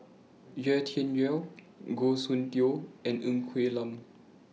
Yau Tian Yau Goh Soon Tioe and Ng Quee Lam